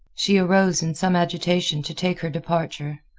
she arose in some agitation to take her departure.